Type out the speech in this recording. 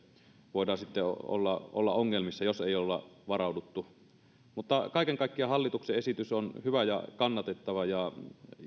voidaan sitten olla olla ongelmissa jos ei olla varauduttu kaiken kaikkiaan hallituksen esitys on hyvä ja kannatettava